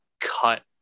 cut